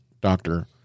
doctor